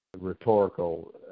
rhetorical –